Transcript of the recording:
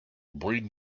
bring